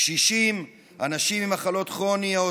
קשישים, אנשים עם מחלות כרוניות,